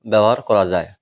ବ୍ୟବହାର କରାଯାଏ